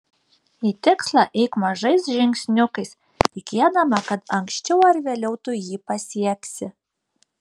į tikslą eik mažais žingsniukais tikėdama kad anksčiau ar vėliau tu jį pasieksi